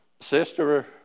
Sister